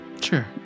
Sure